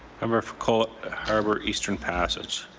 member for cole harbour-eastern passage.